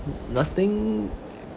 nothing